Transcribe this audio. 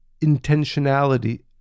intentionality